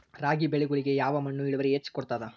ರಾಗಿ ಬೆಳಿಗೊಳಿಗಿ ಯಾವ ಮಣ್ಣು ಇಳುವರಿ ಹೆಚ್ ಕೊಡ್ತದ?